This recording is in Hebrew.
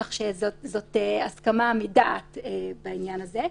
כך שזו הסכמה מדעת בעניין הזה.